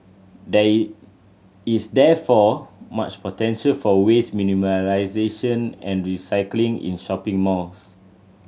there is is therefore much potential for waste minimisation and recycling in shopping malls